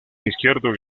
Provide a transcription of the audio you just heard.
izquierdo